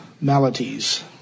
maladies